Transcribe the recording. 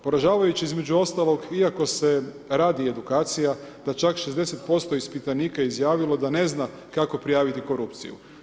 Poražavajuće između ostalog, iako se radi edukacija, da čak 60% ispitanika je izjavilo da ne zna kako prijaviti korupciju.